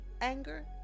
anger